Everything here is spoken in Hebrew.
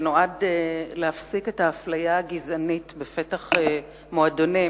שנועד להפסיק את האפליה הגזענית בפתח מועדונים